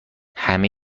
همه